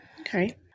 Okay